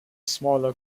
smaller